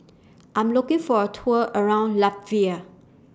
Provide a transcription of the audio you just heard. I'm looking For A Tour around Latvia